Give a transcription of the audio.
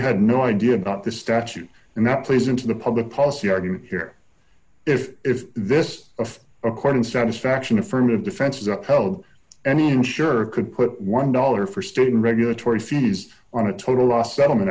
had no idea about the statute and that plays into the public policy argument here if if this of according satisfaction affirmative defenses are held any insurer could put one dollar for student regulatory fees on a total loss settlement